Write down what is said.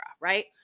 right